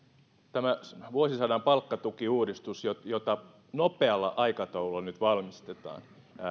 tämä vuosisadan palkkatukiuudistus jota jota nopealla aikataululla nyt valmistellaan